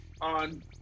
on